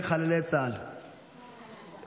חללי צה"ל יעבור לוועדת העבודה והרווחה.